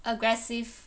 aggressive